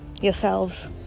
yourselves